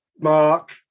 Mark